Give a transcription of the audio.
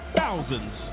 thousands